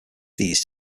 these